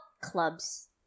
clubs